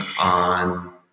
on